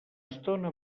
estona